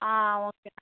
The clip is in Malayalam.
ആ ഓക്കെ